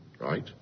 right